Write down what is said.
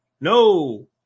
no